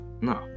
No